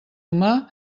humà